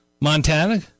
Montana